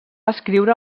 escriure